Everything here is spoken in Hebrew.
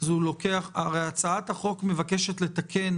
הצעת החוק מבקשת לתקן